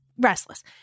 restless